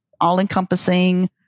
all-encompassing